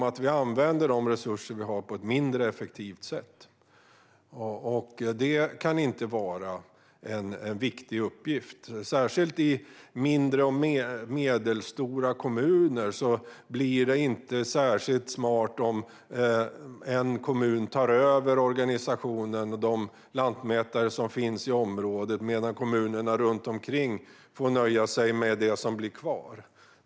Då används resurserna på ett mindre effektivt sätt. Det kan inte vara en viktig uppgift. Särskilt i mindre och medelstora kommuner är det inte så smart om en kommun tar över organisationen och de lantmätare som finns i området, medan kommunerna runt omkring får nöja sig med det som blir kvar.